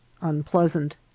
unpleasant